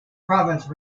province